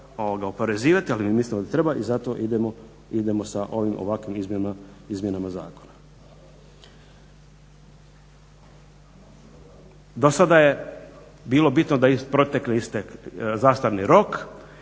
treba oporezivati ali mi mislimo da treba i zato idemo sa ovim ovakvim izmjenama zakona. Dosada je bilo bitno da protekne istek zastarnog roka,